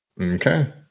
Okay